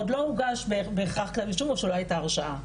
עוד לא הוגש בהכרח כתב אישום או שלא הייתה הרשאה.